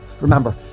Remember